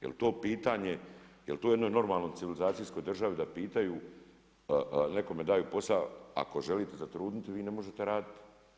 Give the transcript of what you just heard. Jel to pitanje, jel to normalno u civilizacijskoj državi da pitaju, nekome daju posao, ako želite zatrudnite, vi ne možete raditi.